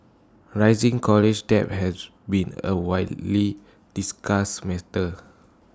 rising college debt has been A widely discussed matter